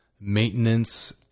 maintenance